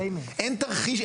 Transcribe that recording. אין תרחיש,